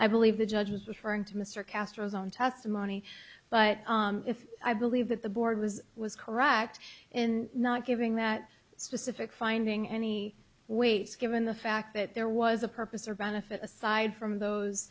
i believe the judge was the for and to mr castro's own testimony but if i believe that the board was was correct in not giving that specific finding any weights given the fact that there was a purpose or benefit aside from those